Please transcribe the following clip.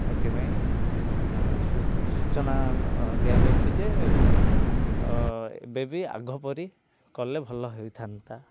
ଏଥିପାଇଁ ସୂଚନା ଦିଆଯାଉଛି ଯେ ଏବେବି ଆଗ ପରି କଲେ ଭଲ ହେଇଥାନ୍ତା